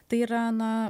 tai yra na